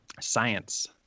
Science